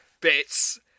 bits